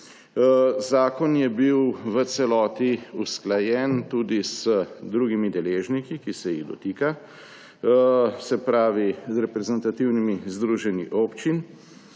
Zakon je bil v celoti usklajen z drugimi deležniki, ki se jih dotika, se pravi z reprezentativnimi združenji občin.